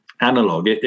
analog